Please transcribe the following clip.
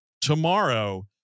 tomorrow